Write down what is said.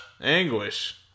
anguish